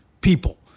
people